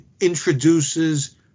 introduces